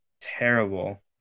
terrible